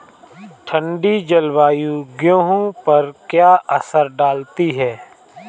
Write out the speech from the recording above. ठंडी जलवायु गेहूँ पर क्या असर डालती है?